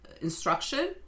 instruction